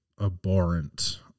abhorrent